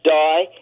die